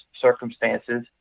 circumstances